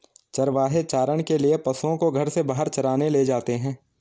चरवाहे चारण के लिए पशुओं को घर से बाहर चराने ले जाते हैं